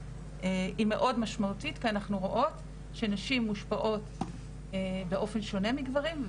היא מאוד משמעותית כי אנחנו רואות שנשים מושפעות באופן שונה מגברים,